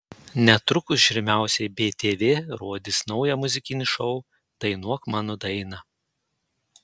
netrukus žiūrimiausiai btv rodys naują muzikinį šou dainuok mano dainą